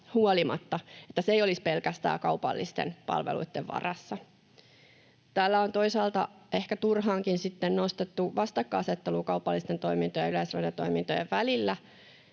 huolimatta, niin että se ei olisi pelkästään kaupallisten palveluitten varassa. Täällä on toisaalta ehkä turhaankin nostettu vastakkainasettelua kaupallisten toimintojen ja Yleisra-dion toimintojen välillä,